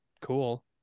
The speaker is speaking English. cool